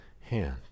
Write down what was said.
hand